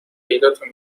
پیداتون